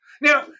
Now